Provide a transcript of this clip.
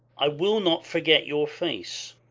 i will not forget your face.